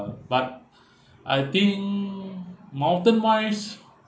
but I think mountain wise